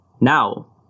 Now